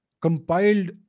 compiled